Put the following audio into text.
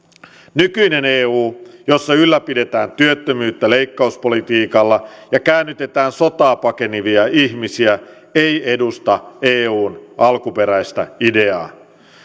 nykyinen eu jossa ylläpidetään työttömyyttä leikkauspolitiikalla ja käännytetään sotaa pakenevia ihmisiä ei edusta eun alkuperäistä ideaa